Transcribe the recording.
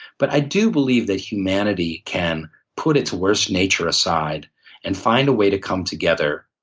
but i do believe that humanity can put its worse nature aside and find a way to come together.